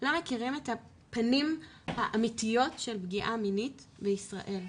לא מכירים את הפנים האמיתיות של פגיעה מינית בישראל.